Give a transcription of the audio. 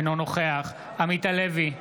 אינו נוכח עמית הלוי,